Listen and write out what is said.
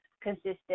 consistent